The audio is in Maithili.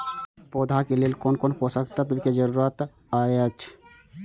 पौधा के लेल कोन कोन पोषक तत्व के जरूरत अइछ?